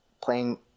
playing